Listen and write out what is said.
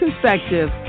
perspective